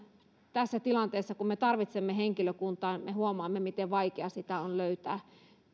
tässä tilanteessa kun me tarvitsemme henkilökuntaa me huomaamme miten vaikeaa sitä on löytää